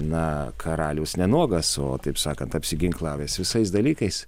na karalius ne nuogas o taip sakant apsiginklavęs visais dalykais